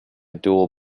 duel